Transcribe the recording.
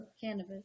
cannabis